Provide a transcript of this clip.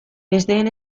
besteen